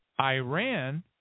Iran